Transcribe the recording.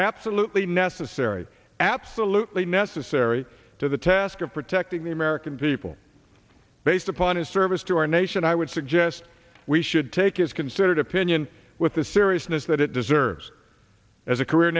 absolutely necessary absolutely necessary to the task of protecting the american people based upon his service to our nation i would suggest we should take his considered opinion with the seriousness that it deserves as a career